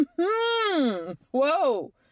Whoa